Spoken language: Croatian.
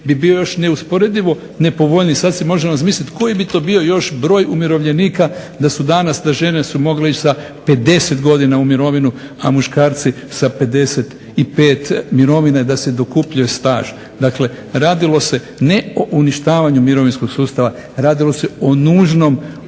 bi bio još neusporedivo nepovoljniji, sad si možemo razmisliti koji bi to bio još broj umirovljenika da su danas te žene su mogle ići sa 50 godina u mirovinu, a muškarci sa 55 mirovine da se dokupljuje staž. Dakle radilo se ne o uništavanju mirovinskog sustava, radilo se o nužnom